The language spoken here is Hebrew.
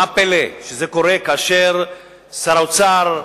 מה פלא שזה קורה כאשר שר האוצר,